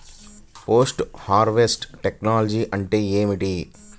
Post harvest technology అంటే ఏమిటి?